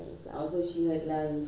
no it was a group like